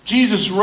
Jesus